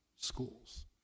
schools